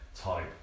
type